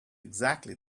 exactly